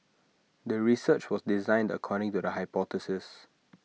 the research was designed according to the hypothesis